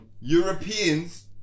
Europeans